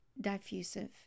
diffusive